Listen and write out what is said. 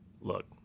look